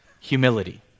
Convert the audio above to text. humility